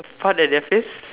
put at their face